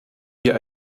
wir